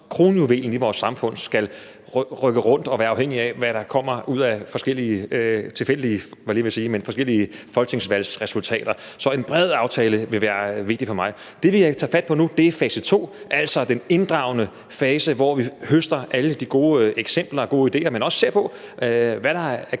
kronjuvelen i vores samfund skal rykke rundt og være afhængig af, hvad der kommer ud af forskellige folketingsvalgsresultater. Så en bred aftale vil være vigtig for mig. Det, vi tager fat på nu, er fase to, altså den inddragende fase, hvor vi høster alle de gode eksempler og ideer, men også ser på, hvad der er